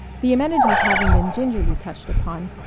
the amenities having been gingerly touched upon,